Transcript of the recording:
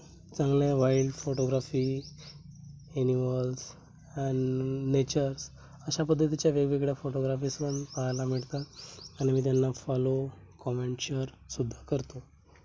चांगल्या wild photography animals आणि natures अशा पद्धतीच्या वेगवेगळ्या फोटोग्राफीस पण पाहायला मिळतात आणि मी त्यांना फॉलो कॉमेंट शेअरसुद्धा करतो